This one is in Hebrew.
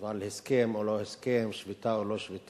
אבל הסכם או לא הסכם, שביתה או לא שביתה,